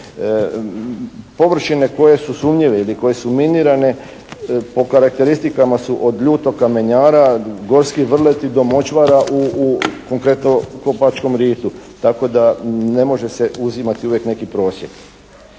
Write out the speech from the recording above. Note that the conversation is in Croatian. površine koje su sumnjive ili koje su minirane po karakteristikama su od ljutog kamenara, gorskih vrleti do močvara u konkretno Kopačkom ritu, tako da ne može se uzimati uvijek neki prosjek.